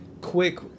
quick